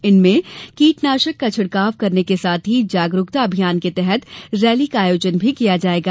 इनमें कीटनाशक का छिड़काव करने के साथ ही जागरूकता अभियान के तहत रैली का आयोजन भी किया जायेगा